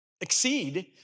exceed